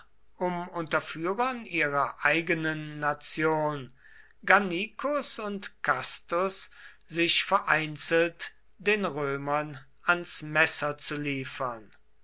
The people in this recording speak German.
um unter führern ihrer eigenen nation gannicus und castus sich vereinzelt den römern ans messer zu liefern